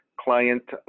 client